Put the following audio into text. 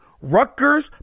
Rutgers